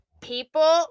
People